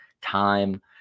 time